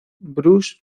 bruce